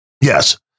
Yes